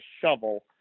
shovel